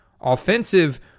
offensive